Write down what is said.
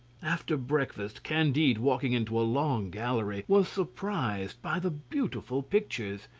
after breakfast, candide walking into a long gallery was surprised by the beautiful pictures.